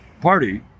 party